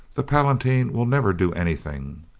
the palatine will never do anything.